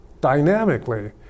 dynamically